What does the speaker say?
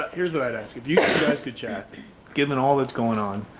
here's what i'm asking, if you to guys could chat given all that's going on.